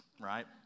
right